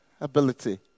ability